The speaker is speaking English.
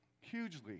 Hugely